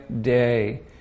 day